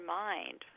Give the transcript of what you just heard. mind